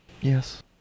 Yes